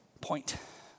point